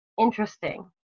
interesting